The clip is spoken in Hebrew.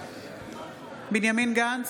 בעד בנימין גנץ,